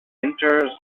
enters